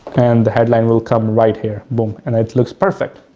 and the headline will come right here, boom, and it looks perfect.